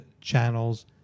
channels